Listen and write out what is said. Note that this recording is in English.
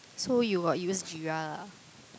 so you got use jeera lah